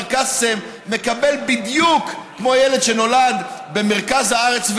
קאסם מקבל בדיוק כמו ילד שנולד במרכז הארץ.